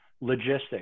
logistics